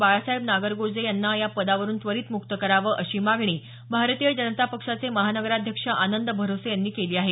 बाळासाहेब नागरगोजे यांना या पदावरून त्वरित मुक्त करावं अशी मागणी भारतीय जनता पक्षाचे महानगराध्यक्ष आनंद भरोसे यांनी केली आहे